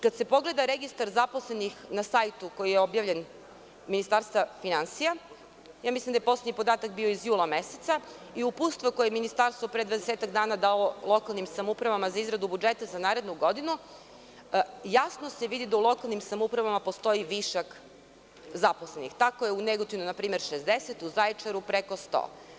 Kada se pogleda registar zaposlenih na sajtu Ministarstva finansija, koji je objavljen, mislim da je poslednji podatak bio iz jula meseca i uputstvo koje je ministarstvo pre dvadesetak dana davalo lokalnim samoupravama za izradu budžeta za narednu godinu, jasno se vidi da u lokalnim samoupravama postoji višak zaposlenih, tako je u Negotinu 60, u Zaječaru preko 100.